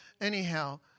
anyhow